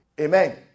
Amen